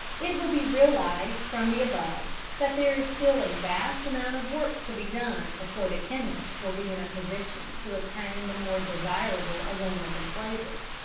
it will be realised from the above that there is still a vast amount of work to be done before the chemist will be in a position to obtain the more desirable aromas and flavours.